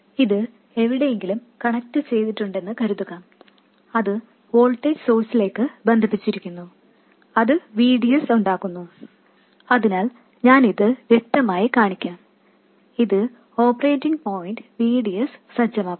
ഇത് എവിടെയെങ്കിലും കണക്റ്റുചെയ്തിട്ടുണ്ടെന്ന് കരുതുക അത് വോൾട്ടേജ് സോഴ്സിലേക്ക് ബന്ധിപ്പിച്ചിരിക്കുന്നു അത് V D S ഉണ്ടാക്കുന്നു അതിനാൽ ഞാൻ ഇത് വ്യക്തമായി കാണിക്കാം ഇത് operating point V D S സജ്ജമാക്കുന്നു